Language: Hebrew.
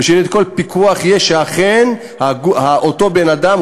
ויהיה כל הפיקוח שאכן אותו בן-אדם,